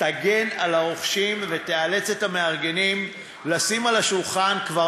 תגן על הרוכשים ותאלץ את המארגנים לשים על השולחן כבר